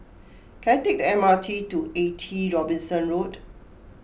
can I take the M R T to eighty Robinson Road